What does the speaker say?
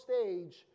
stage